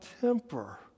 temper